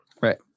Right